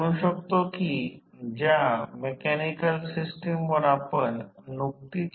म्हणून काय होईल ते N1 N2N2 N2N1 volt ampere auto लिहू शकेल